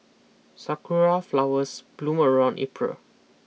sakura flowers bloom around April